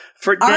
for-